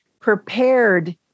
prepared